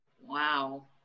Wow